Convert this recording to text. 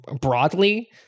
broadly